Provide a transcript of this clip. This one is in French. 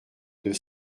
deux